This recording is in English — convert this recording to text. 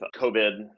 COVID